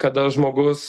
kada žmogus